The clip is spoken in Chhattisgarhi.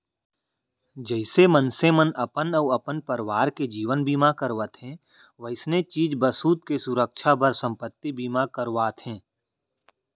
जइसे मनसे मन अपन अउ अपन परवार के जीवन बीमा करवाथें वइसने चीज बसूत के सुरक्छा बर संपत्ति बीमा करवाथें